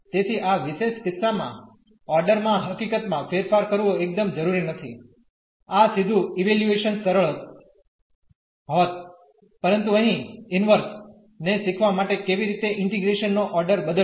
તેથી આ વિશેષ કિસ્સામાં ઓર્ડર માં હકીકતમાં ફેરફાર કરવો એકદમ જરૂરી નથી આ સીધું ઇવેલ્યુએશન સરળ હોત પરંતુ અહીં ઇન્વર્શ ને શીખવા માટે કેવી રીતે ઇન્ટીગ્રેશન નો ઓર્ડર બદલવો